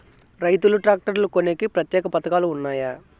రైతులు ట్రాక్టర్లు కొనేకి ప్రత్యేక పథకాలు ఉన్నాయా?